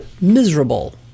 Miserable